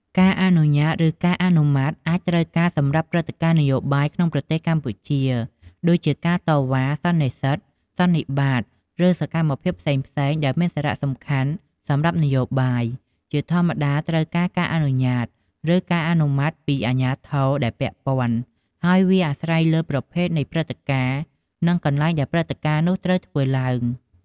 ការអនុញ្ញាត ឬការអនុម័តអាចត្រូវការសម្រាប់ព្រឹត្តិការណ៍នយោបាយក្នុងប្រទេសកម្ពុជា ដូចជា ការតវ៉ា សន្និសីទ សន្និបាត ឬសកម្មភាពផ្សេងៗដែលមានសារៈសំខាន់សម្រាប់នយោបាយ ជាធម្មតាត្រូវការការអនុញ្ញាត ឬការអនុម័តពីអាជ្ញាធរដែលពាក់ព័ន្ធ ហើយវាអាស្រ័យលើប្រភេទនៃព្រឹត្តិការណ៍ និងកន្លែងដែលព្រឹត្តិការណ៍នោះត្រូវធ្វើឡើង។